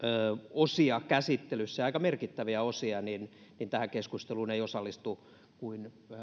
osia käsittelyssä aika merkittäviä osia niin niin tähän keskusteluun ei osallistu kuin